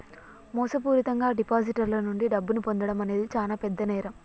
మోసపూరితంగా డిపాజిటర్ల నుండి డబ్బును పొందడం అనేది చానా పెద్ద నేరం